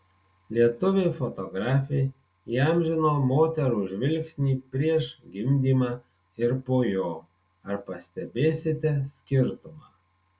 lietuvė fotografė įamžino moterų žvilgsnį prieš gimdymą ir po jo ar pastebėsite skirtumą